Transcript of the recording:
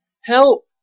help